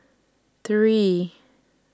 three